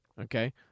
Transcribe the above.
Okay